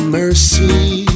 mercy